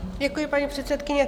Děkuji, paní předsedkyně.